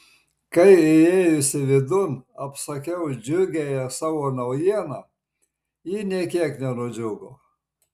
kai įėjusi vidun apsakiau džiugiąją savo naujieną ji nė kiek nenudžiugo